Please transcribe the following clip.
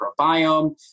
microbiome